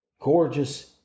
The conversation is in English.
gorgeous